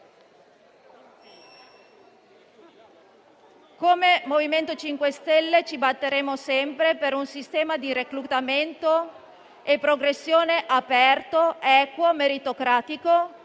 Come MoVimento 5 Stelle ci batteremo sempre per un sistema di reclutamento e progressione aperto, equo e meritocratico,